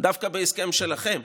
דווקא בהסכם שלכם,